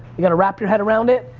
you gotta wrap your head around it.